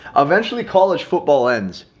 eventually college football ends,